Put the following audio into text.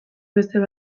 bestek